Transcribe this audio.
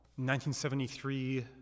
1973